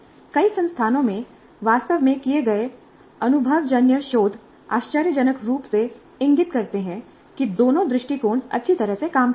कई संस्थानों में वास्तव में किए गए अनुभवजन्य शोध आश्चर्यजनक रूप से इंगित करते हैं कि दोनों दृष्टिकोण अच्छी तरह से काम करते हैं